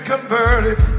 converted